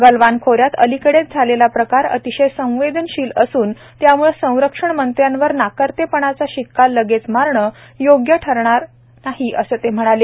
गलवान खोऱ्यात अलिकडेच झालेला प्रकार अतिशय संवेदनशील असून त्याम्ळं संरक्षण मंत्र्यांवर नाकर्तेपणाचा शिक्का लगेच मारणं योग्य ठरणार असं ते म्हणाले